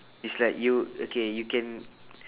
it's like you okay you can